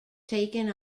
taken